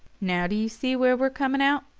now do you see where we're coming out?